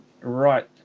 right